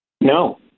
No